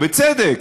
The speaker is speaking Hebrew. בצדק,